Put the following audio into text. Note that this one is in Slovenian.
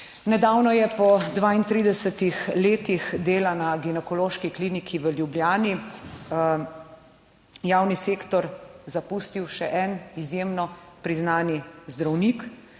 Nedavno je po 32 letih dela na Ginekološki kliniki v Ljubljani javni sektor zapustil še en izjemno priznan zdravnik,